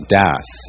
death